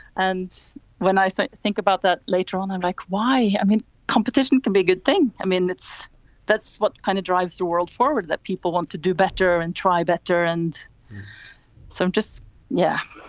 and when i think think about that later on, i'm like, why? i mean, competition can be a good thing. i mean, that's that's what kind of drives the world forward that people want to do better and try better. and so i'm just yeah,